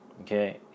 Okay